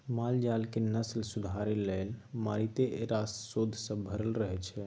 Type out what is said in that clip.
माल जालक नस्ल सुधार लेल मारिते रास शोध सब भ रहल छै